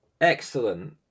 Excellent